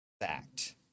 fact